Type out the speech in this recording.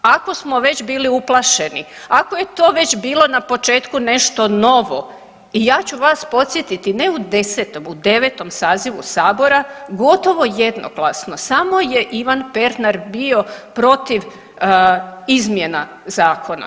Ako smo već bili uplašeni, ako je to već bilo na početku nešto novo i ja ću vas podsjetiti ne u 10. u 9. sazivu sabora gotovo jednoglasno, samo je Ivan Pernar bio protiv izmjena zakona.